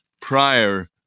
prior